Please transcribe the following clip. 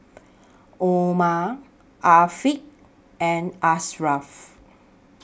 Omar Afiq and Ashraff